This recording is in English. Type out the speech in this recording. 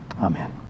Amen